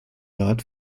rat